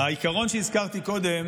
העיקרון שהזכרתי קודם